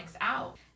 out